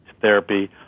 therapy